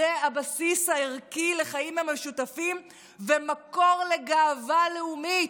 הבסיס הערכי לחיים המשותפים ומקור לגאווה לאומית.